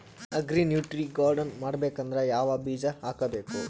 Agri nutri garden ಮಾಡಬೇಕಂದ್ರ ಯಾವ ಬೀಜ ಹಾಕಬೇಕು?